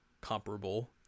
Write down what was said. comparable